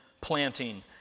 planting